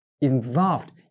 involved